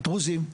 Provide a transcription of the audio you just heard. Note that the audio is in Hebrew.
הדרוזים,